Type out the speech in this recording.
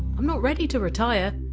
m not ready to retire.